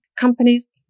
companies